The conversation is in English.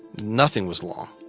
nothing was long.